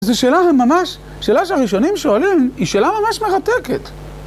זו שאלה שממש, שאלה שהראשונים שואלים, היא שאלה ממש מרתקת.